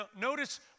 notice